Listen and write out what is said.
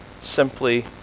simply